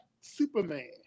Superman